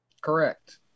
Correct